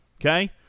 Okay